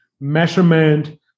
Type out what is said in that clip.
measurement